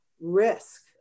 risk